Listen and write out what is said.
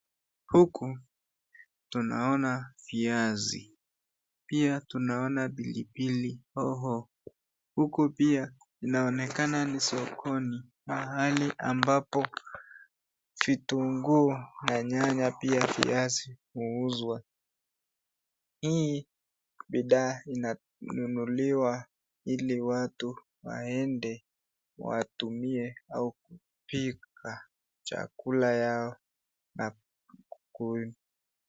Huku tunaona viazi, tunaona pili pili hoo . Huku pia kunaonekana ni sokoni , mahali ambapo vitunguu , nyanya pia viazi uuzwa. Hii ni dawa inanunuliws hili watu waenda watumie kupika chakula Yao na maakuli.